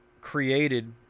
created